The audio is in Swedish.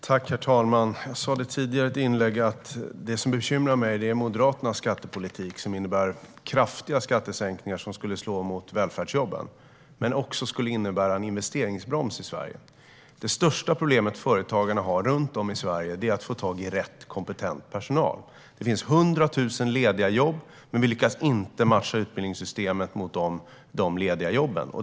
Herr talman! Jag sa i ett tidigare inlägg att det som bekymrar mig är Moderaternas skattepolitik. Den innebär kraftiga skattesänkningar som inte bara skulle slå mot välfärdsjobben utan även innebära en investeringsbroms i Sverige. Det största problemet företagarna har runt om i Sverige är att få tag i rätt kompetent personal. Det finns hundra tusen lediga jobb, men vi lyckas inte matcha utbildningssystemet mot de lediga jobben.